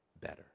better